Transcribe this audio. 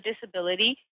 disability